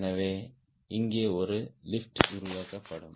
எனவே இங்கே ஒரு லிப்ட் உருவாக்கப்படும்